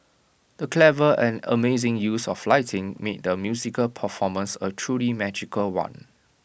the clever and amazing use of lighting made the musical performance A truly magical one